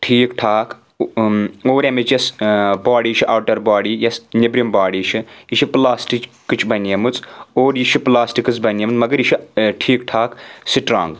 ٹھیٖک ٹھاکھ اور اَمٕچ یۄس باڈِی چھِ آوٹَر باڈِی یۄس نیٚبرِم باڈِی چھِ یہِ چھِ پلاسٹِکچ بَنَیمٕژ اور یہِ چھِ پٕلاسٹِکٕس بَنَیمٕژ مگر یہِ چھ ٹھیٖک ٹھاک سٕٹَرٛانٛگ